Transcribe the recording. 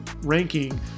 ranking